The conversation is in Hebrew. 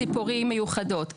ציפורים מיוחדות,